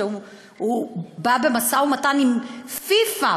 כשהוא בא במשא-ומתן עם פיפ"א,